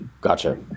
Gotcha